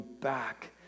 back